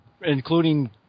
including